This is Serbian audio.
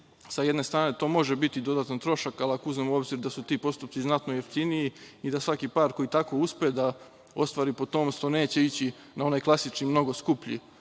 Sa jedne strane to može biti dodatni trošak ali ako uzmemo u obzir da su ti postupci znatno jeftiniji i da svaki par koji tako uspe da ostvari potomstvo neće ići na onaj klasični, nego skuplji